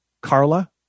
Carla